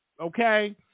Okay